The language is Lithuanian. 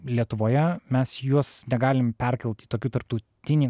lietuvoje mes juos negalim perkelt į tokį tarptautinį